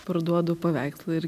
parduodu paveikslą ir